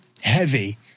heavy